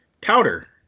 powder